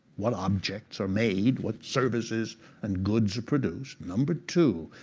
what objects are made, what services and goods are produced. number two,